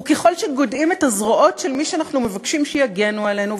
וככל שגודעים את הזרועות של מי שאנחנו מבקשים שיגנו עלינו,